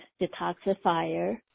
detoxifier